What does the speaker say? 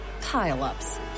pile-ups